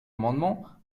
amendements